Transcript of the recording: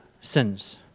sins